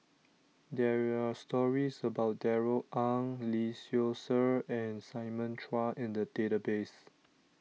there are stories about Darrell Ang Lee Seow Ser and Simon Chua in the database